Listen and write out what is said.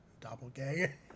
doppelganger